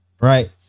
right